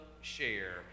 share